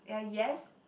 yeah yes